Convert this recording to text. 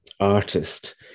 Artist